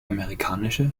amerikanische